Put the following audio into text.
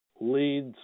leads